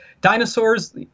Dinosaurs